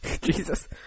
Jesus